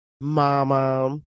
Mama